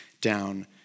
down